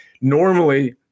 normally